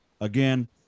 again